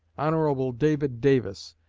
hon. david davis,